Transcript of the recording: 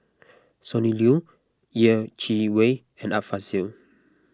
Sonny Liew Yeh Chi Wei and Art Fazil